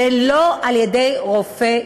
ולא על-ידי רופא יחיד,